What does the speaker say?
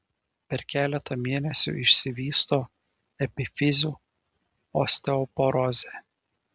per keletą mėnesių išsivysto epifizių osteoporozė